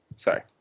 Sorry